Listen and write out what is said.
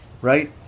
right